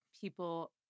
people